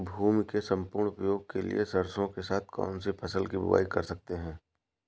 भूमि के सम्पूर्ण उपयोग के लिए सरसो के साथ कौन सी फसल की बुआई कर सकते हैं?